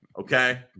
Okay